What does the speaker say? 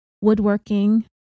woodworking